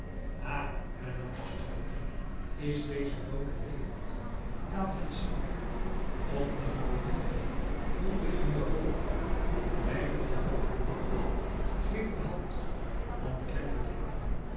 ha hernam de strooper is deze doode levend laat ons zien opnieuw bukte hij woelde in den hoop verwijderde wat hem hinderde greep de hand omklemde den arm